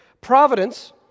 providence